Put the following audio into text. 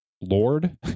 lord